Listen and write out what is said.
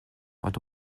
quant